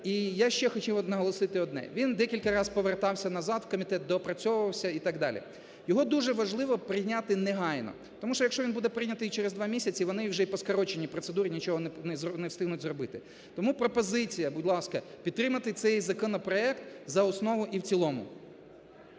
І я ще хочу наголосити одне. Він декілька раз повертався назад в комітет, доопрацювався і так далі. Його дуже важливо прийняти негайно, тому що, якщо він буде прийнятий через 2 місяці, вони вже і по скороченій процедурі нічого не встигнуть зробити. Тому пропозиція, будь ласка, підтримати цей законопроект за основу і в цілому.